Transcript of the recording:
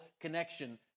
connection